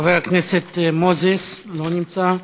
חבר הכנסת מוזס, לא נמצא.